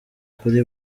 kuri